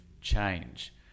change